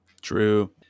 True